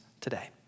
today